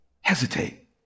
Hesitate